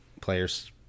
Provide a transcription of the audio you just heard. players